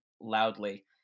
loudly